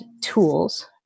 tools